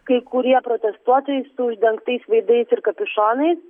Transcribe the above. kai kurie protestuotojai su uždengtais veidais ir kapišonais